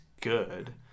good